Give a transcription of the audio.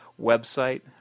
website